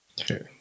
Okay